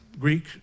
Greek